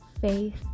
faith